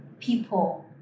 people